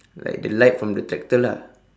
like the light from the tractor lah